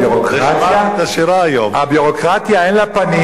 הביורוקרטיה אין לה פנים,